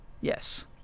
Yes